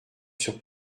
sur